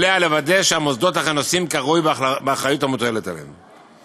עליה לוודא שהמוסדות אכן נושאים כראוי באחריות המוטלת עליהם.